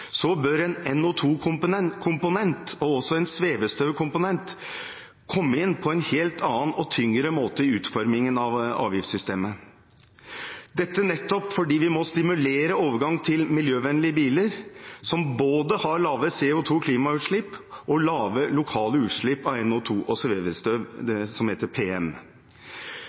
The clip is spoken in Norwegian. bør en NO2-komponent og en svevestøvkomponent komme inn på en helt annen og tyngre måte i utformingen av avgiftssystemet – nettopp fordi vi må stimulere til en overgang til miljøvennlige biler, som har både lave CO2-utslipp og lave lokale utslipp av NO2 og svevestøv, som kalles PM.